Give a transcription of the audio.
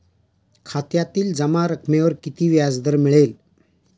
खात्यातील जमा रकमेवर किती व्याजदर मिळेल?